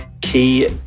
key